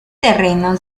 terreno